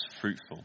fruitful